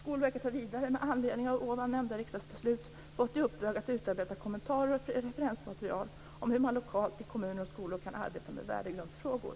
Skolverket har vidare, med anledning av ovan nämnda riksdagsbeslut, fått i uppdrag att utarbeta kommentarer och referensmaterial om hur man lokalt, i kommuner och skolor, kan arbeta med värdegrundsfrågor.